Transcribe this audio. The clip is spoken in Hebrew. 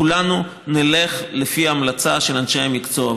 כולנו נלך לפי ההמלצה של אנשי המקצוע.